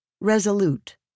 resolute